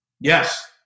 Yes